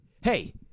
hey